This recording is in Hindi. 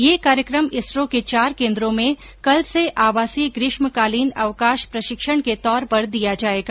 यह कार्यक्रम इसरो के चार केन्द्रों में कल से आवासीय ग्रीष्मकालीन अवकाश प्रशिक्षण के तौर पर दिया जाएगा